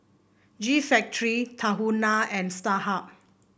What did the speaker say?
G Factory Tahuna and Starhub